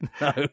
No